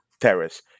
Terrace